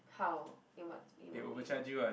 how in what in what way